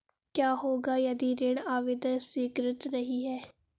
क्या होगा यदि ऋण आवेदन स्वीकृत नहीं है?